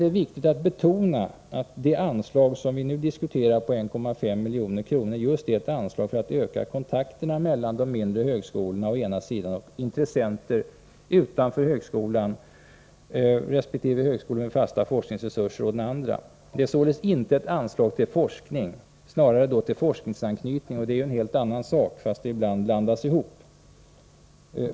Det är viktigt att betona att det anslag på 1,5 miljoner som vi nu diskuterar är ett anslag just för att öka kontakterna mellan de mindre högskolorna å ena sidan och intressenter utanför högskolorna resp. högskolor med fasta forskningsresurser å den andra. Det är således inte ett anslag till forskning, snarare till forskningsanknytning, som är en helt annan sak — detta förväxlas ibland.